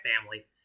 family